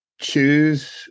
choose